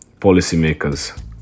policymakers